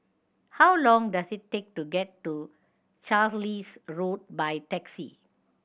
how long does it take to get to Carlisle Road by taxi